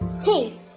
Hey